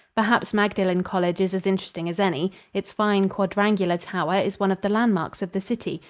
perhaps magdalen college is as interesting as any. its fine quadrangular tower is one of the landmarks of the city,